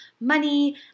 money